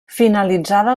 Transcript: finalitzada